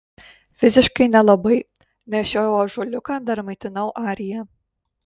fiziškai nelabai nešiojau ąžuoliuką dar maitinau ariją